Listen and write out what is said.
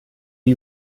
die